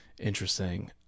interesting